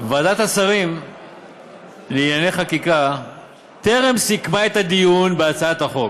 ועדת השרים לענייני חקיקה טרם סיכמה את הדיון בהצעת החוק,